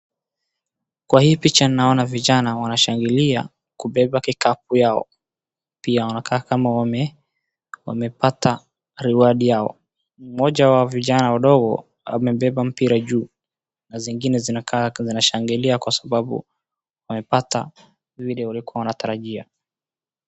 Kwa hii picha naona vijana wanashangilia kubeba kikapu yao, pia wanakaa kama wamepata reward yao. Mmoja wa vijana wadogo amebeba mpira juu, na zingine zinakaa zinashangilia kwa sababu wamepata